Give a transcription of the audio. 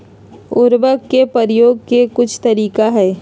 उरवरक के परयोग के कुछ तरीका हई